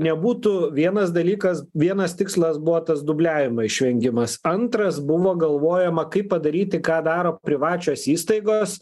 nebūtų vienas dalykas vienas tikslas buvo tas dubliavimo išvengimas antras buvo galvojama kaip padaryti ką daro privačios įstaigos